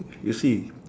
you see